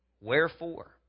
Wherefore